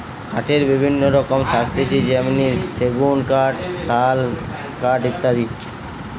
কাঠের বিভিন্ন রকম থাকতিছে যেমনি সেগুন কাঠ, শাল কাঠ ইত্যাদি